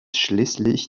schließlich